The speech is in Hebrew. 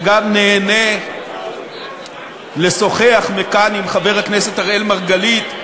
וגם נהנה לשוחח מכאן עם חבר הכנסת אראל מרגלית,